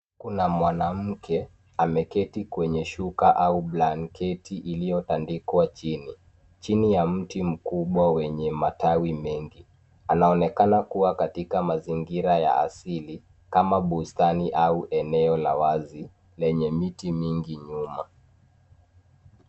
Kuna mwanamke ameketi kwenye shuka au blanketi iliyotandikwa chini, chini ya mti mkubwa wenye matawi mengi. Anaonekana kuwa katika mazingira ya asili kama bustani au eneo la wazi lenye miti mingi nyuma.